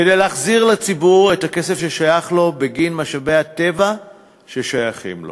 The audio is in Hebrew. כדי להחזיר לציבור את הכסף ששייך לו בגין משאבי הטבע ששייכים לו